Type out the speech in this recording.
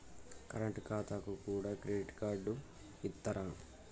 Current ఖాతాకు కూడా credit card ఇత్తరా?